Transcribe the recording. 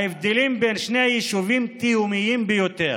ההבדלים בין שני היישובים תהומיים ביותר.